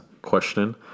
question